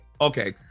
okay